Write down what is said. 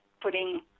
putting